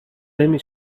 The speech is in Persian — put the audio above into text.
نمی